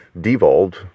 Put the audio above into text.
devolved